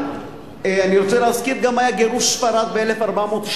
אני רוצה להזכיר כי גם היה גירוש ספרד ב-1492,